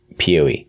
PoE